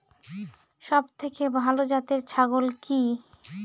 সবথেকে ভালো জাতের ছাগল কি?